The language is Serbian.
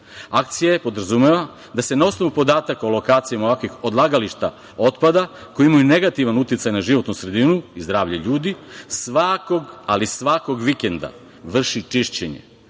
Akcija podrazumeva da se na osnovu podataka o lokacijama ovakvih odlagališta otpada koji imaju negativan uticaj na životnu sredinu i zdravlje ljudi, svakog, ali svakog vikenda vrši čišćenje.U